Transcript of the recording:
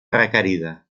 requerida